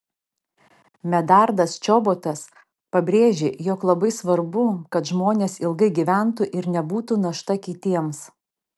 medardas čobotas pabrėžė jog labai svarbu kad žmonės ilgai gyventų ir nebūtų našta kitiems